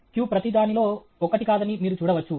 Q q ప్రతిదానిలో ఒకటి కాదని మీరు చూడవచ్చు